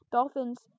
Dolphins